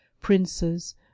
princes